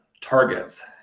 targets